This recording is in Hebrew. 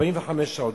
45 שעות.